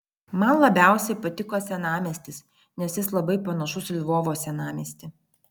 man labiausiai patiko senamiestis nes jis labai panašus į lvovo senamiestį